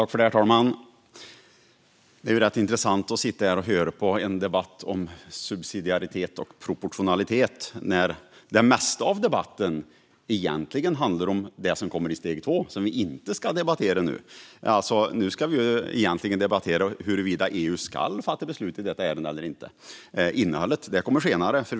Herr talman! Det är rätt intressant att lyssna på en debatt om subsidiaritet och proportionalitet när det mesta av debatten i stället handlar om det som kommer i steg två, som vi inte ska debattera nu. Nu ska vi ju debattera huruvida EU ska fatta beslut i detta ärende eller inte. Innehållet kommer senare.